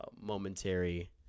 momentary